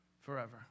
forever